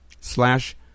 slash